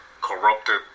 corrupted